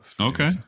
Okay